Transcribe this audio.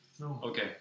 Okay